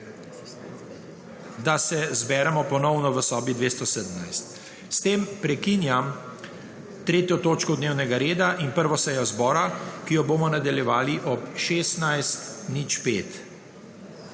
da se ponovno zberemo v sobi 217. S tem prekinjam 3. točko dnevnega reda in 1. sejo zbora, ki jo bomo nadaljevali ob 16.05.